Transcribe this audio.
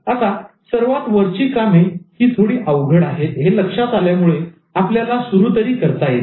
आता सर्वात वरची कामे ही थोडी अवघड आहेत हे लक्षात आल्यामुळे आपल्याला सुरु तरी करता येतील